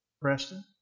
Preston